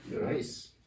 nice